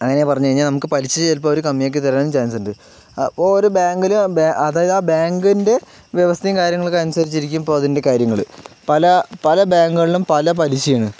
അങ്ങനെ പറഞ്ഞു കഴിഞ്ഞാൽ നമുക്ക് പലിശ ചിലപ്പോൾ അവര് കമ്മിയാക്കി തരാനും ചാൻസുണ്ട് അപ്പോ ഒരു ബാങ്കിലെ ബാ അതായത് ആ ബാങ്കിൻറെ വ്യവസ്ഥയും കാര്യങ്ങളൊക്കെ അനുസരിച്ചിരിക്കും അപ്പോ അതിൻറെ കാര്യങ്ങള് പല പല ബാങ്കുകളിലും പല പലിശയാണ്